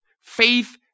Faith